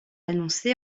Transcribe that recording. annoncé